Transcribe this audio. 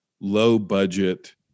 low-budget